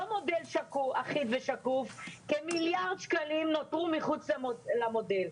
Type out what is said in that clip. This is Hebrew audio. לא מודל אחיד ושקוף - כמיליארד שקלים נותרו מחוץ למודל.